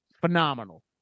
phenomenal